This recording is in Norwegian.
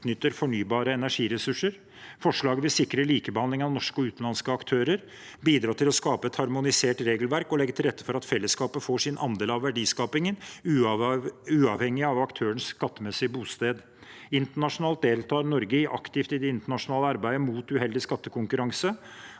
fornybare energiressurser. Forslaget vil sikre likebehandling av norske og utenlandske aktører, bidra til å skape et harmonisert regelverk og legge til rette for at fellesskapet får sin andel av verdiskapingen, uavhengig av aktørens skattemessige bosted. Internasjonalt deltar Norge aktivt i det internasjonale arbeidet mot uheldig skattekonkurranse,